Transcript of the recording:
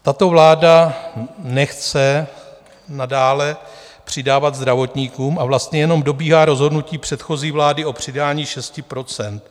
Tato vláda nechce nadále přidávat zdravotníkům a vlastně jenom dobíhá rozhodnutí předchozí vlády o přidání 6 %.